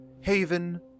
Haven